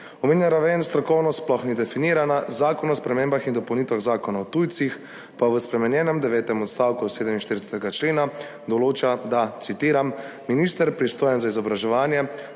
Omenjena raven strokovno sploh ni definirana, Zakon o spremembah in dopolnitvi Zakona o tujcih pa v spremenjenem devetem odstavku 47. člena določa, da, citiram: »Minister, pristojen za izobraževanje,